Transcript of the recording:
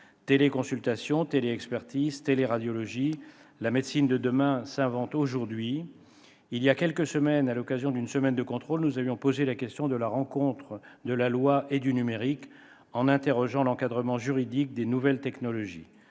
Téléconsultation, téléexpertise, téléradiologie : la médecine de demain s'invente aujourd'hui. Il y a quelque temps, à l'occasion d'une semaine de contrôle, nous avions posé la question de la rencontre de la loi et du numérique, en nous interrogeant sur l'encadrement juridique des nouvelles technologies.